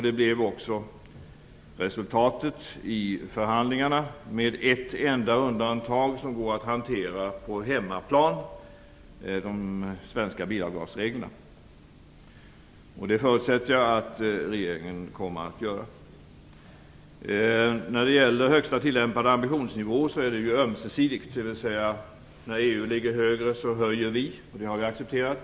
Det blev också resultatet i förhandlingarna, med ett enda undantag - som kan hanteras på hemmaplan. Det gäller då de svenska bilavgasreglerna. Jag förutsätter att regeringen kommer att hantera den saken. När det gäller den högsta tillämpade ambitionsnivån är det hela ömsesidigt. När EU ligger högre, höjer vi. Det har vi accepterat.